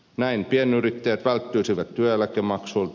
näin pienyrittäjät välttyisivät työeläkemaksuilta